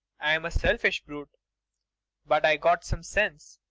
i'm a selfish brute but i've got some sense.